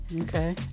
Okay